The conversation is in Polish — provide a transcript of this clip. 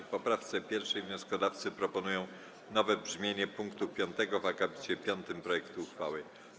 W poprawce 1. wnioskodawcy proponują nowe brzmienie pkt 5 w akapicie piątym projektu uchwały.